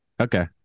Okay